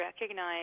recognize